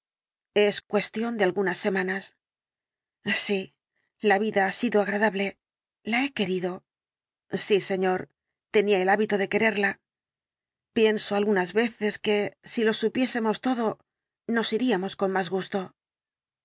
es cuestión de algunas semanas sí la vida ha sido agradable la he querido sí señor tenía el hábito de quererla pienso algunas veces que si lo supiésemos todo nos iríamos con más gusto